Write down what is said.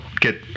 get